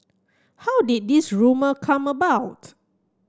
how did this rumour come about